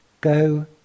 go